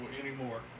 anymore